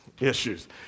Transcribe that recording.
Issues